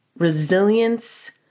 resilience